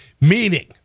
Meaning